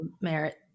merit